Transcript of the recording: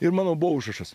ir mano buvo užrašas